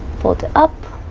fold it up